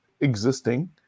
existing